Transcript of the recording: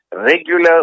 regular